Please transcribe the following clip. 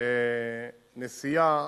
נסיעה